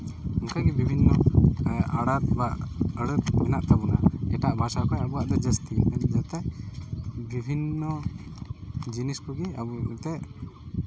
ᱚᱱᱠᱟᱜᱮ ᱵᱤᱵᱷᱤᱱᱱᱚ ᱟᱹᱲᱟᱹ ᱵᱟ ᱟᱹᱲᱟᱹ ᱠᱚ ᱢᱮᱱᱟᱜ ᱛᱟᱵᱚᱱᱟ ᱮᱴᱟᱜ ᱵᱷᱟᱥᱟ ᱠᱷᱚᱱ ᱟᱵᱚᱣᱟᱜ ᱫᱚ ᱡᱟᱹᱥᱛᱤ ᱵᱤᱵᱷᱤᱱᱱᱚ ᱡᱤᱱᱤᱥ ᱠᱚᱜᱮ ᱟᱵᱚ ᱮᱱᱛᱮᱫ